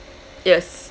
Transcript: yes